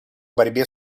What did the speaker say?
борьбе